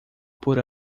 por